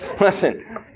Listen